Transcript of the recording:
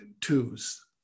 twos